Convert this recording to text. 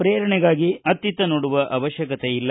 ಪ್ರೇರಣೆಗಾಗಿ ಅತ್ತಿತ್ತ ನೋಡುವ ಅವಶ್ಯಕತೆಯಿಲ್ಲ